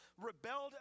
rebelled